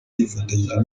yifatanyije